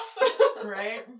right